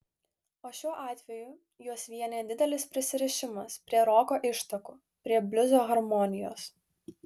o šiuo atveju juos vienija didelis prisirišimas prie roko ištakų prie bliuzo harmonijos